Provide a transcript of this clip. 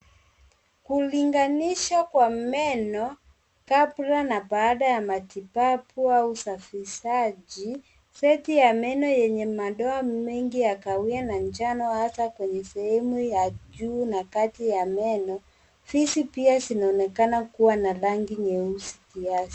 Kulinganishwa kwa meno kabla na baada ya matibabu au usafishaji. Seti ya meno yenye madoa mengi ya kahawia na njano hasa kwenye sehemu ya juu na kati ya meno. Fizi pia zinaonekana kuwa na rangi nyeusi kiasi.